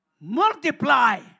Multiply